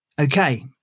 Okay